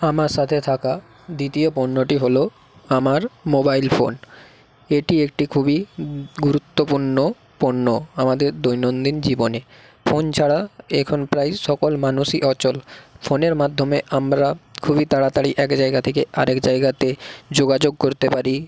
আমার সাথে থাকা দ্বিতীয় পণ্যটি হলো আমার মোবাইল ফোন এটি একটি খুবই গুরুত্বপূর্ণ পণ্য আমাদের দৈনন্দিন জীবনে ফোন ছাড়া এখন প্রায় সকল মানুষই অচল ফোনের মাধ্যমে আমরা খুবই তাড়াতাড়ি এক জায়গা থেকে আর এক জায়গাতে যোগাযোগ করতে পারি